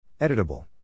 editable